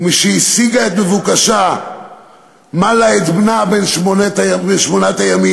משהשיגה את מבוקשה מלה את בנה בן שמונת הימים,